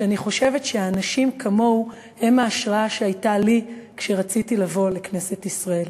שאני חושבת שאנשים כמוהו הם ההשראה שהייתה לי כשרציתי לבוא לכנסת ישראל.